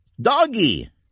Doggy